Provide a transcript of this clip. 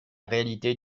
réalité